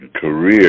career